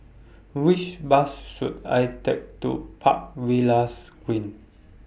Which Bus should I Take to Park Villas Green